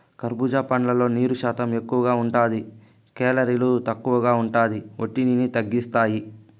కర్భూజా పండ్లల్లో నీరు శాతం ఎక్కువగా ఉంటాది, కేలరీలు తక్కువగా ఉంటాయి, ఒత్తిడిని తగ్గిస్తాయి